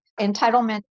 entitlement